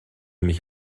mich